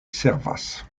servas